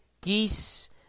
geese